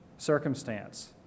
circumstance